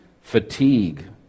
fatigue